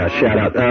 shout-out